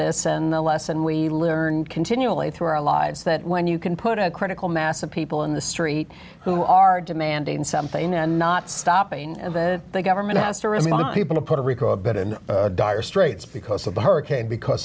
this and the lesson we learn continually through our lives that when you can put a critical mass of people in the street who are demanding something and not stopping of it the government has to remind people of puerto rico a bit in dire straits because of the hurricane because